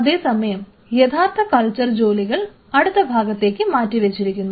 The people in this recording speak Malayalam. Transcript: അതേസമയം യഥാർത്ഥ കൾച്ചർ ജോലികൾ അടുത്ത ഭാഗത്തേക്ക് മാറ്റി വെച്ചിരിക്കുന്നു